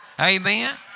Amen